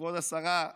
כבוד השרה,